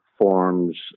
forms